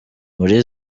muri